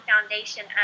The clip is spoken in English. foundation